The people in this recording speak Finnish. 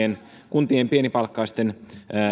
lomarahaleikkauksista ja kuntien pienipalkkaisten